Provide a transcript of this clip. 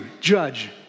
judge